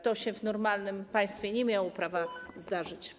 To się w normalnym państwie nie miało prawa zdarzyć.